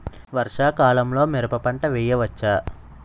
వర్షాకాలంలో మిరప పంట వేయవచ్చా?